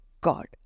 God